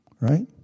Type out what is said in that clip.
Right